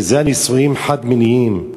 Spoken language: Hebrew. וזה הנישואים החד-מיניים,